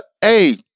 Hey